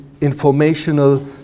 informational